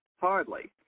Hardly